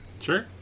Sure